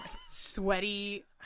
sweaty